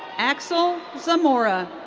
axel zamora.